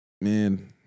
man